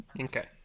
okay